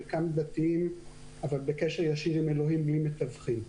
וחלקם דתיים אבל בקשר ישיר עם אלוהים בלי מתווכים.